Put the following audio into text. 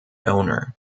owner